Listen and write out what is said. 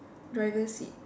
driver seat